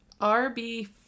RB